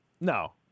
No